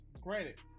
Granted